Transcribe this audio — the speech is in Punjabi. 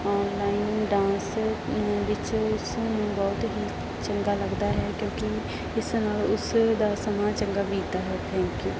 ਔਨਲਾਈਨ ਡਾਂਸ ਵਿੱਚ ਉਸ ਨੂੰ ਬਹੁਤ ਹੀ ਚੰਗਾ ਲੱਗਦਾ ਹੈ ਕਿਉਂਕਿ ਇਸ ਨਾਲ ਉਸ ਦਾ ਸਮਾਂ ਚੰਗਾ ਬੀਤਦਾ ਹੈ ਥੈਂਕ ਯੂ